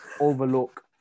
Overlook